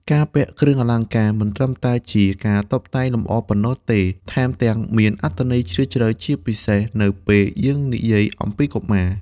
ការពាក់គ្រឿងអលង្ការមិនត្រឹមតែជាការតុបតែងលម្អប៉ុណ្ណោះទេ ថែមទាំងមានអត្ថន័យជ្រាលជ្រៅ ជាពិសេសនៅពេលនិយាយអំពីកុមារ។